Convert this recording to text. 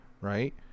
right